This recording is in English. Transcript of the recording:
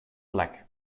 black